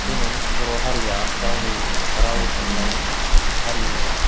दिनै बर' हारिया गावनि राव थुनलाइ हारिमु